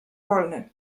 wolny